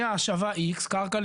שהחיבורים השונים ייעשו באופן חוקי